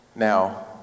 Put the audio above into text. Now